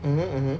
mmhmm mmhmm